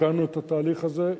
תיקנו את התהליך הזה,